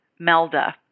Melda